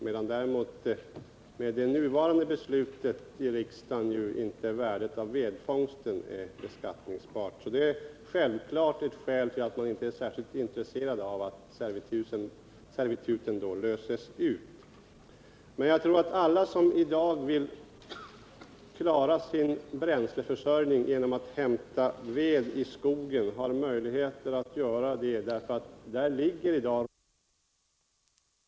Med det här riksdagsbeslutet blir emellertid värdet av vedfång inte beskattningsbart. Detta är självfallet ett skäl till att man inte är särskilt intresserad av att servituten löses ut. Men jag tror att alla som i dag vill klara sin bränsleförsörjning genom att hämta ved i skogen kan göra detta, eftersom det ligger röjningsvirke där i oanade kvantiteter. Virket är fällt och klart. Det är ju också klart vilka träd som skall bort, vilket inte är fallet vid ett servitut.